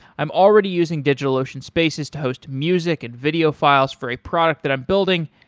i'm already using digitalocean spaces to host music and video files for a product that i'm building,